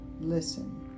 listen